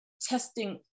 testing